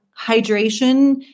Hydration